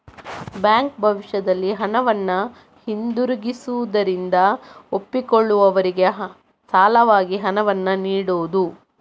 bank ಭವಿಷ್ಯದಲ್ಲಿ ಹಣವನ್ನ ಹಿಂದಿರುಗಿಸುವುದಾಗಿ ಒಪ್ಪಿಕೊಳ್ಳುವವರಿಗೆ ಸಾಲವಾಗಿ ಹಣವನ್ನ ನೀಡುದು